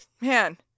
man